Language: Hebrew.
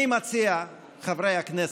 אני מציע, חברי הכנסת,